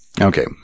okay